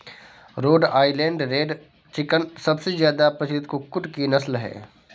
road Island red chicken सबसे ज्यादा प्रचलित कुक्कुट की नस्ल है